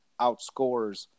outscores